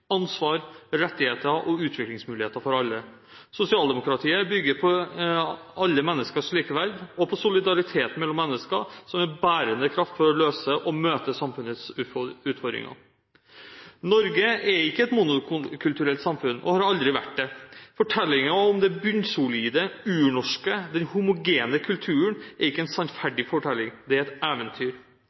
ansvar, rettigheter og utviklingsmuligheter for alle. Sosialdemokratiet bygger på alle menneskers likeverd og på solidariteten mellom mennesker som en bærende kraft for å løse oppgaver og møte samfunnets utfordringer. Norge er ikke et monokulturelt samfunn, og har aldri vært det. Fortellingen om den bunnsolide, urnorske homogene kulturen er ikke en sannferdig fortelling, det er et eventyr.